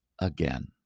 again